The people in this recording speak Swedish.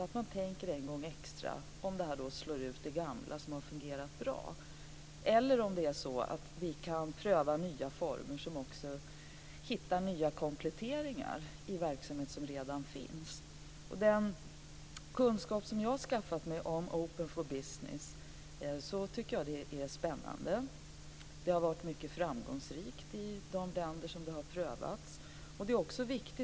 Man kan tänka en gång extra på om det nya kan slå ut det gamla, som har fungerat bra. Eller kan vi pröva nya former och hitta nya komplement till redan befintlig verksamhet? Med den kunskap som jag har skaffat mig om Open for Business tycker jag att det verkar spännande. Konceptet har varit mycket framgångsrikt i de länder där det har prövats.